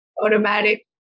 automatic